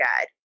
guide